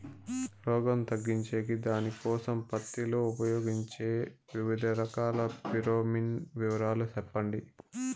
రోగం తగ్గించేకి దానికోసం పత్తి లో ఉపయోగించే వివిధ రకాల ఫిరోమిన్ వివరాలు సెప్పండి